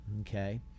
Okay